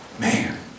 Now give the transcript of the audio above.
man